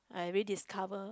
I really discover